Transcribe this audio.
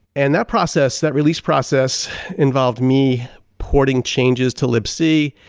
and that process, that release process involved me porting changes to lipp c,